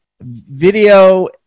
Video